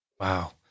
wow